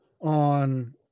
on